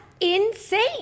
insane